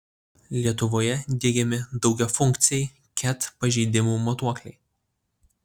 lietuvoje diegiami daugiafunkciai ket pažeidimų matuokliai